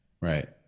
right